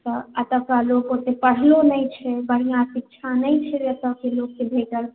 त एतुका लोक ओत्ते पढ़लो नहि छै बढिऑं शिक्षा नहि छै एतयके लोकके